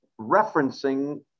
referencing